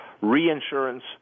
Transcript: reinsurance